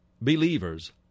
Believers